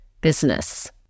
business